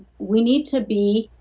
we need to be.